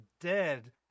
dead